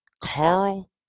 Carl